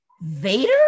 Vader